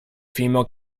female